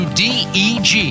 deg